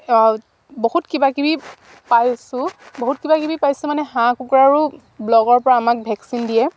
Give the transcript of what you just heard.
বহুত কিবা কিবি পাইছোঁ বহুত কিবাকিবি পাইছোঁ মানে হাঁহ কুকুৰাৰো ব্লকৰ পৰা আমাক ভেকচিন দিয়ে